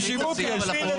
חשיבות יש פה.